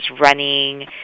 running